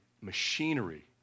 machinery